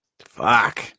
Fuck